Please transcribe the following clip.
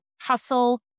hustle